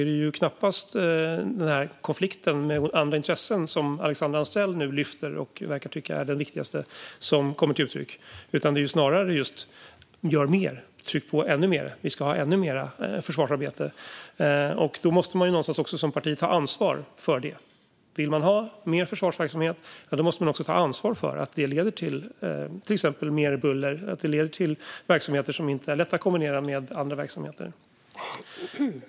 Det är knappast den här konflikten med andra intressen, som Alexandra Anstrell nu lyfter och verkar tycka är den viktigaste, som kommer till uttryck. Det handlar snarare om att man ska trycka på mer och att vi ska ha ännu mer försvarsarbete. Då måste man också någonstans som parti ta ansvar för det. Vill man ha mer försvarsverksamhet måste man också ta ansvar för att det till exempel leder till mer buller och verksamheter som inte är lätta att kombinera med andra verksamheter.